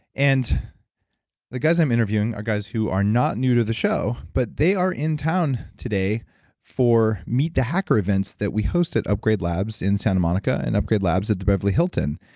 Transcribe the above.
and the guys i'm interviewing are guys who are not new to the show, but they are in town today for meet the hacker events that we hosted upgrade labs in santa monica and upgrade labs at the beverly hilton.